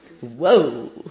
Whoa